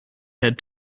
had